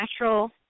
natural